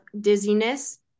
dizziness